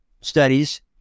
studies